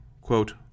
quote